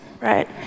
right